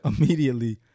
immediately